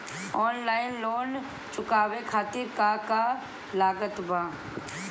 Online loan चुकावे खातिर का का लागत बा?